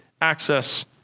access